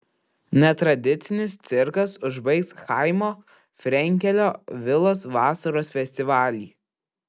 netradicinis cirkas užbaigs chaimo frenkelio vilos vasaros festivalį